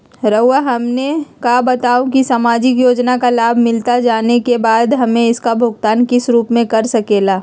रहुआ हमने का बताएं की समाजिक योजना का लाभ मिलता जाने के बाद हमें इसका भुगतान किस रूप में कर सके ला?